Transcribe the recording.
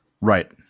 Right